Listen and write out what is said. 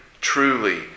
truly